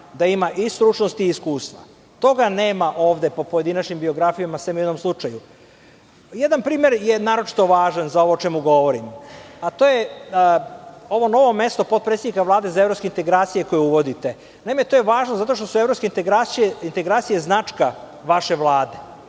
da ima i stručnost i iskustvo. Toga nema ovde po pojedinačnim biografijama, osim u jednom slučaju. Jedan primer je naročito važan za ovo o čemu govorim, a to je ovo novo mesto potpredsednika Vlade za evropske integracije koje uvodite. Naime, to je važno zato što su evropske integracije značka vaše Vlade